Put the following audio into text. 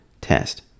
test